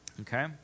Okay